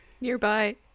Nearby